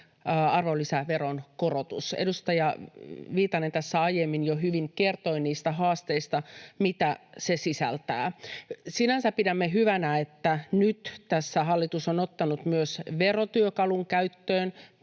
arvonlisäveron korotus. Edustaja Viitanen tässä aiemmin jo hyvin kertoi niistä haasteista, mitä se sisältää. Sinänsä pidämme hyvänä, että nyt hallitus on ottanut myös verotyökalun käyttöön